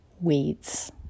weeds